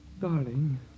darling